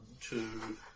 two